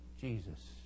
Jesus